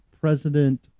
President